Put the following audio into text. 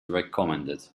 recommended